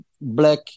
black